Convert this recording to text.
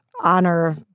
honor